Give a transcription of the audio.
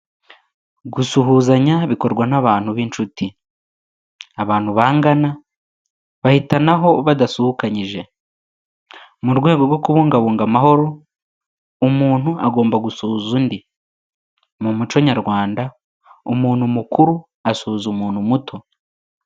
Gusuhuzanya bikorwa n'abantu b'inshuti, abantu bangana bahitanaho badasukanyije. Mu rwego rwo kubungabunga amahoro, umuntu agomba gusuhuza undi. Mu muco Nyarwanda umuntu mukuru, asuhuza umuntu muto.